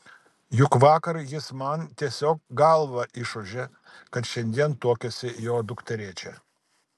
juk vakar jis man tiesiog galvą išūžė kad šiandien tuokiasi jo dukterėčia